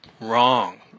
Wrong